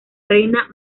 reina